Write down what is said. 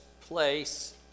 place